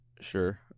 sure